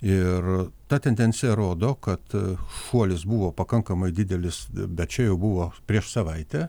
ir ta tendencija rodo kad šuolis buvo pakankamai didelis bet čia jau buvo prieš savaitę